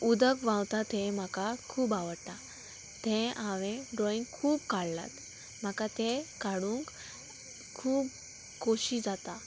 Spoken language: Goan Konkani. उदक व्हांवता तें म्हाका खूब आवडटा तें हांवें ड्रॉइंग खूब काडलात म्हाका तें काडूंक खूब खोशी जाता